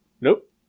Nope